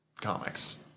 comics